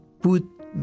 put